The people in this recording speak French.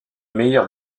meilleur